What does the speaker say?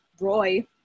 Roy